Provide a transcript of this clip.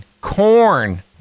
Corn